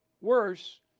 worse